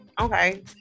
okay